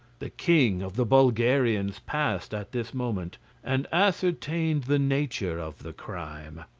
the king of the bulgarians passed at this moment and ascertained the nature of the crime.